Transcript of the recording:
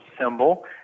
symbol